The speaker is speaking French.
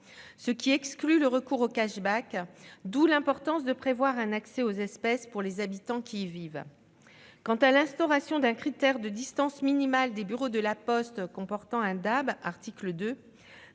ce qui exclut le recours au, d'où l'importance de prévoir un accès aux espèces pour les habitants qui y vivent. L'instauration d'un critère de distance minimale des bureaux de La Poste comportant un DAB, prévue à